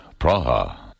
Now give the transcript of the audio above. Praha